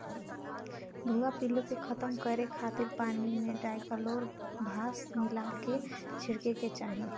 भुआ पिल्लू के खतम करे खातिर पानी में डायकलोरभास मिला के छिड़के के चाही